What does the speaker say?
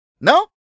No